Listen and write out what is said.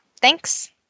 thanks